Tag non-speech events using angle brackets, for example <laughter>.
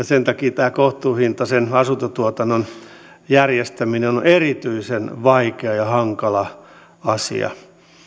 <unintelligible> sen takia tämä kohtuuhintaisen asuntotuotannon järjestäminen on on erityisen vaikea ja hankala asia